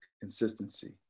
Consistency